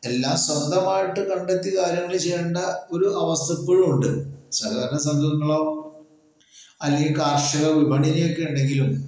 എല്ലാം സ്വന്തായിട്ട് കണ്ടെത്തി കാര്യങ്ങൾ ചെയ്യേണ്ട ഒരു അവസ്ഥ ഇപ്പോഴും ഉണ്ട് സഹകരണ സംഘങ്ങളോ അല്ലെങ്കി കാർഷിക വിപണിനിലക്കെ ഇണ്ടെങ്കിലും